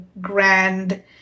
grand